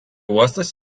uostas